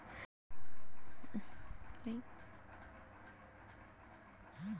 गाहक लोग के जमा प्रमाणपत्र डाउनलोड करे के सुविधा बैंक मे भी मिल जा हय